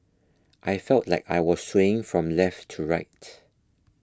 I felt like I was swaying from left to right